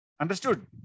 understood